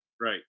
Right